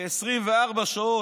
כ-24 שעות,